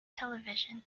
television